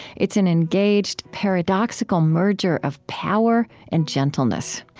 it's an engaged, paradoxical merger of power and gentleness.